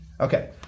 Okay